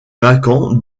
vacant